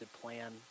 plan